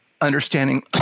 understanding